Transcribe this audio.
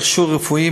מכשור רפואי,